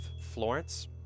Florence